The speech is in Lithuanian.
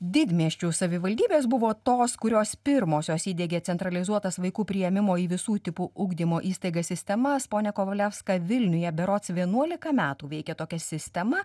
didmiesčių savivaldybės buvo tos kurios pirmosios įdiegė centralizuotas vaikų priėmimo į visų tipų ugdymo įstaigas sistemas ponia kovalevska vilniuje berods vienuolika metų veikia tokia sistema